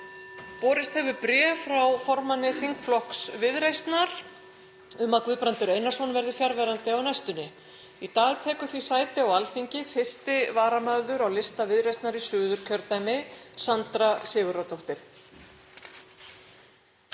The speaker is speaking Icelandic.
Borist hefur bréf frá formanni þingflokks Viðreisnar um að Guðbrandur Einarsson verði fjarverandi á næstunni. Í dag tekur því sæti á Alþingi 1. varamaður á lista Viðreisnar í Suðurkjördæmi, Sandra Sigurðardóttir.